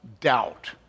doubt